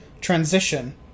transition